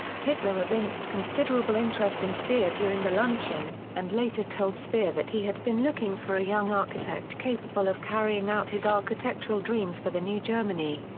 hitler evinced considerable interest in speer during the luncheon, and later told speer that he had been looking for a young architect capable of carrying out his architectural dreams for the new germany.